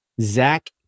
Zach